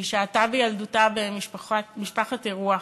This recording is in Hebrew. היא שהתה בילדותה במשפחת אירוח,